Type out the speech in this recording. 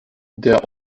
der